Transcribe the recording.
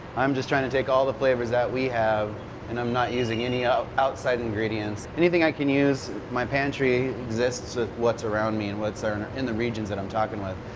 i'm just trying to take all the flavors that we have and i'm not using ah outside ingredients anything i can use, my pantry exists with what's around me and what's in the region that i'm talking with.